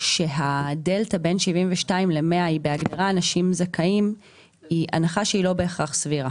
שהסיבה המרכזית שאנשים בחלקם לא חוזרים